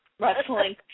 wrestling